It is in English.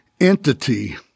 entity